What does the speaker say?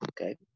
okay